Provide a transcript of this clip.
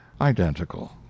identical